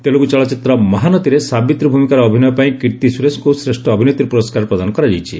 ତେଲୁଗୁ ଚଳଚ୍ଚିତ୍ର ମହାନତୀରେ ସାବ୍ରିତୀ ଭୂମିକାରେ ଅଭିନୟ ପାଇଁ କିର୍ତ୍ତୀ ସୁରେଶଙ୍କୁ ଶ୍ରେଷ୍ଠ ଅଭିନେତ୍ରୀ ପୁରସ୍କାର ପ୍ରଦାନ କରାଯାଇଛି